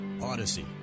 Odyssey